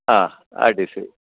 ಹಾಂ R T C